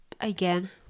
again